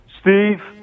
Steve